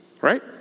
Right